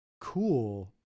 cool